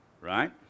Right